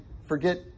forget